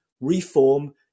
reform